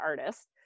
artist